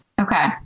Okay